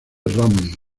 romney